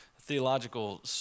theological